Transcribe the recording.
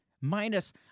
minus